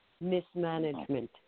mismanagement